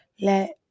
let